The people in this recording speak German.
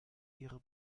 ihre